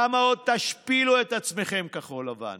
כמה עוד תשפילו את עצמכם, כחול לבן?